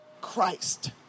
Christ